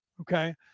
okay